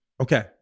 Okay